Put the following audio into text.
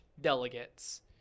delegates